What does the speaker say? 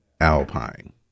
Alpine